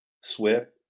Swift